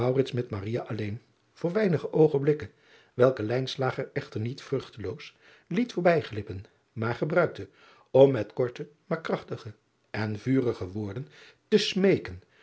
met alleen voor weinige oogenblikken welke echter niet vruchteloos liet voorbijglippen maar gebruikte om met korte maar krachtige en vurige woorden te smeeken